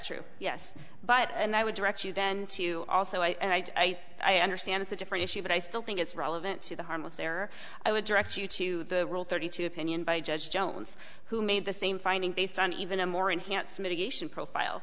true yes but and i would direct you then to also i say i understand it's a different issue but i still think it's relevant to the harmless error i would direct you to the rule thirty two opinion by judge jones who made the same finding based on even a more enhanced mitigation profile